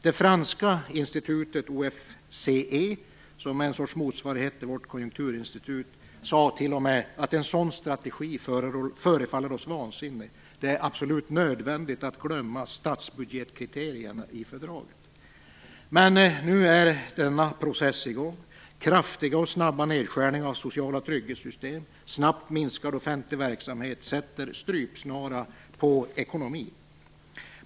Det franska institutet OFCE, som är en sorts motsvarighet till Konjunkturinstitutet, sade t.o.m. att en sådan strategi förefaller vansinnig. Det är absolut nödvändigt att glömma statsbudgetkriterierna i fördraget. Men nu är denna process i gång. Kraftiga och snabba nedskärningar av sociala trygghetssystem och snabbt minskad offentlig verksamhet sätter strypsnara på ekonomin.